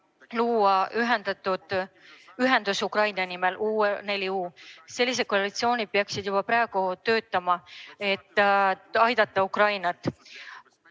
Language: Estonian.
luua ühendus Ukraina nimel U4U. Sellised koalitsioonid peaksid juba praegu töötama, et aidata Ukrainat.